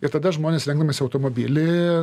ir tada žmonės renkdamiesi automobilį